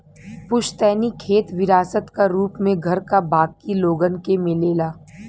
पुस्तैनी खेत विरासत क रूप में घर क बाकी लोगन के मिलेला